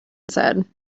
said